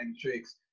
tricks